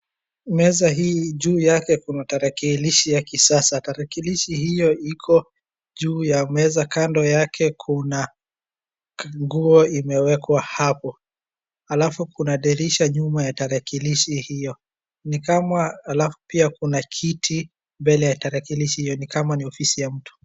Meza hii juu yake kuna tarakilishi ya kisasa. Tarakilishi hiyo iko juu ya meza, kando yake kuna nguo imewekwa hapo. Alafu kuna dirisha nyuma ya tarakilishi hiyo, alafu pia kuna kiti mbele ya tarakilishi hiyo, ni kama ni ofisi ya mtu.